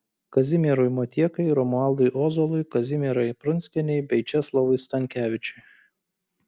kazimierui motiekai romualdui ozolui kazimierai prunskienei bei česlovui stankevičiui